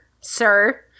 sir